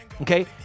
okay